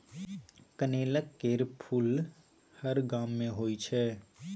कनेलक केर फुल हर गांव मे होइ छै